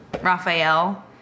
Raphael